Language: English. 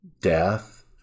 death